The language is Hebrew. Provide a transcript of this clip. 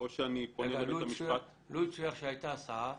שאני פונה לבית המשפט --- לו יצויר שהייתה הסעה,